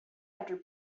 after